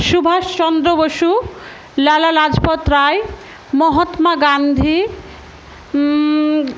Subhash Chandra Bose Lala Lajpat Rai Mahatma Gandhi